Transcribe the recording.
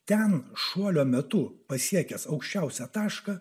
ten šuolio metu pasiekęs aukščiausią tašką